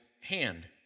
hand